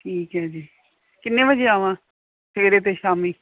ਠੀਕ ਹੈ ਜੀ ਕਿੰਨੇ ਵਜੇ ਆਵਾਂ ਸਵੇਰੇ ਅਤੇ ਸ਼ਾਮੀ